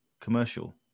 commercial